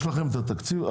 יש לכם התקציב.